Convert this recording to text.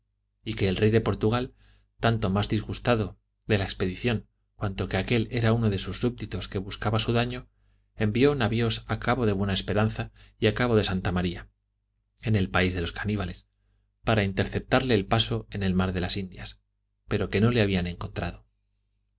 y que el rey de portugal tanto más disgustado de la expedición cuanto que aquél era uno de sus subditos que buscaba su daño envió navios al cabo de buena esperanza y al cabo de santa maría en el país de los caníbales para interceptarle el paso en el mar de las indias pero que no le habían encontrado